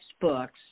books